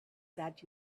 that